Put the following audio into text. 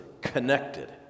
connected